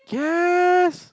yes